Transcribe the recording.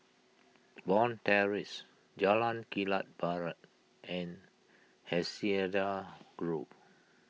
Bond Terrace Jalan Kilang Barat and Hacienda Grove